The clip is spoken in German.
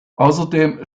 außerdem